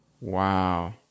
Wow